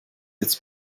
jetzt